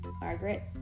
Margaret